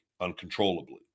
uncontrollably